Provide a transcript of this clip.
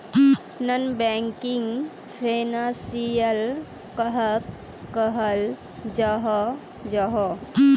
Non banking financial कहाक कहाल जाहा जाहा?